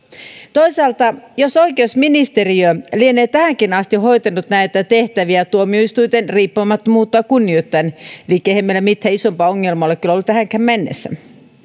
toisaalta oikeusministeriö lienee tähänkin asti hoitanut näitä tehtäviä tuomioistuinten riippumattomuutta kunnioittaen eli eihän meillä mitään isompaa ongelmaa ole kyllä ollut tähänkään mennessä